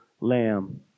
Lamb